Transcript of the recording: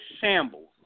shambles